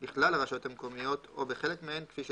בכלל הרשויות המקומיות או בחלק מהן, כפי שתקבע.